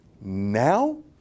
Now